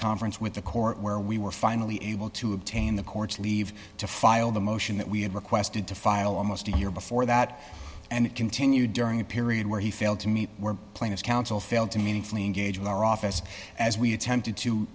conference with the court where we were finally able to obtain the court's leave to file the motion that we had requested to file almost a year before that and it continued during a period where he failed to meet were plaintiffs counsel failed to meaningfully engage with our office as we attempted to